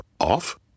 off